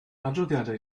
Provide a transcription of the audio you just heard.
adroddiadau